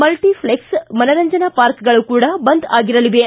multiplex ಮನರಂಜನಾ ಪಾರ್ಕ್ಗಳು ಕೂಡ ಬಂದ್ ಆಗಿರಲಿವೆ